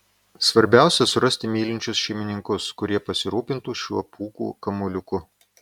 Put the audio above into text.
svarbiausia surasti mylinčius šeimininkus kurie pasirūpintų šiuo pūkų kamuoliuku